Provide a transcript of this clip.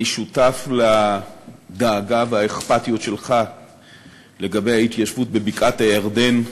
אני שותף לדאגה ולאכפתיות שלך לגבי ההתיישבות בבקעת-הירדן,